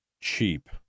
cheap